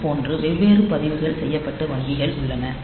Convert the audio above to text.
அதுபோன்று வெவ்வேறு பதிவு செய்யப்பட்ட வங்கிகள் உள்ளன